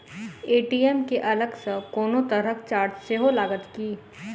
ATM केँ अलग सँ कोनो तरहक चार्ज सेहो लागत की?